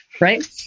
right